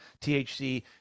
THC